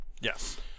Yes